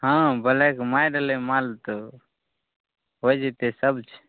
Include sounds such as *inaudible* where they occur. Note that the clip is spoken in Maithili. हॅं ब्लैक मे आ रहलै हँ माल तऽ होइ जेतै सभ *unintelligible*